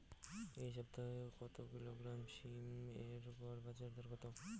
এই সপ্তাহে এক কিলোগ্রাম সীম এর গড় বাজার দর কত?